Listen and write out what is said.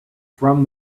from